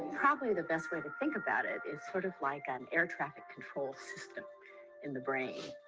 probably the best way to think about it is sort of like an air traffic control system in the brain